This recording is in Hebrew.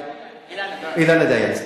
אילנה דיין.